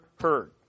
heard